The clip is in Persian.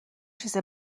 چیزی